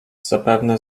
zapewne